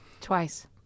Twice